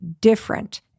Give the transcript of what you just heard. different